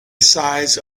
size